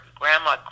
grandma